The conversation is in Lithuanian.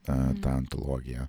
tą tą antologiją